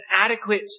adequate